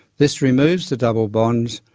this removes the double bonds,